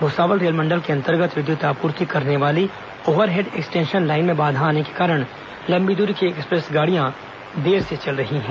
भूसावल रेलमंडल के अंतर्गत विद्युत आपूर्ति करने वाली ओव्हरहेड एक्सटेंशन लाइन में बाधा आने के कारण लंबी दूरी की एक्सप्रेस गाड़ियां देर से चल रही हैं